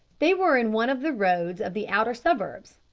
they were in one of the roads of the outer suburbs.